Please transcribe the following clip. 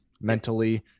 mentally